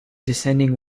descending